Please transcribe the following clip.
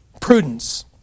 Prudence